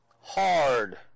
hard